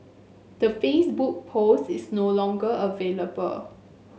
the Facebook post is no longer available